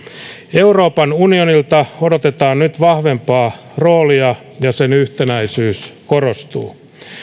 euroopan unionilta odotetaan nyt vahvempaa roolia ja sen yhtenäisyys korostuu